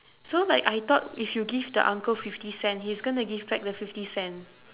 so like I thought if you give the uncle fifty cents he's gonna give back the fifty cents